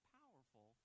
powerful